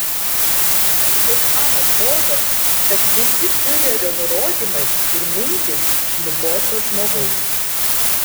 kartais man atrodo kad visi fiurerio nurodymai ir mintys ligoto žmogaus